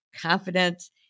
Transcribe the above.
confidence